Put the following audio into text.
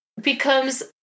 becomes